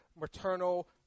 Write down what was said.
maternal